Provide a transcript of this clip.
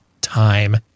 time